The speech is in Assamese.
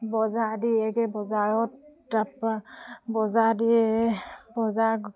বজাৰ দিয়েগে বজাৰত তাৰপৰা বজাৰ দিয়ে বজাৰত